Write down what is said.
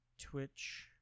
Twitch